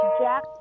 Jack